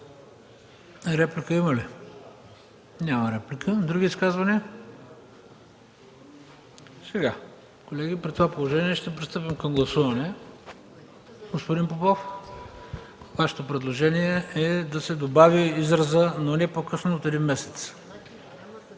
Няма. Има ли желаещи за други изказвания? Няма. При това положение ще пристъпим към гласуване. Господин Попов, Вашето предложение е да се добави изразът „но не по-късно от един месец”.